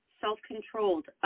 self-controlled